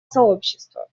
сообщества